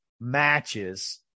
matches